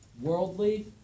worldly